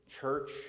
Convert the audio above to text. church